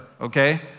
okay